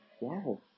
wow